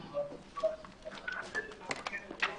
הישיבה ננעלה בשעה 14:10.